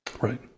Right